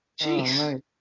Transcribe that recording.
jeez